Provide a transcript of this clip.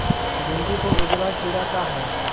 भिंडी पर उजला कीड़ा का है?